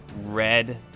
red